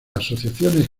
asociaciones